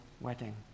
wedding